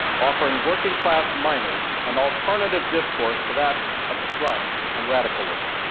offering working-class miners an alternative discourse to that of strikes and radicalism.